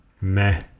Meh